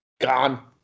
Gone